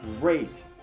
great